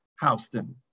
Houston